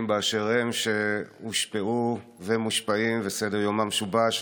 באשר הם שהושפעו ומושפעים וסדר-יומם שובש,